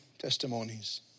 testimonies